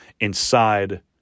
inside